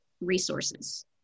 resources